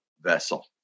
vessel